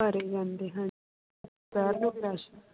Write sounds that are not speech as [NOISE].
ਭਰੇ ਜਾਂਦੇ ਹਾਂਜੀ [UNINTELLIGIBLE] ਰਸ਼